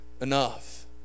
enough